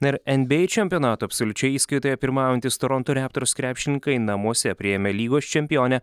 ir nba čempionato absoliučioje įskaitoje pirmaujantys toronto raptors krepšininkai namuose priėmė lygos čempionę